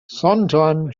sometime